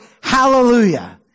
hallelujah